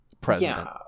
president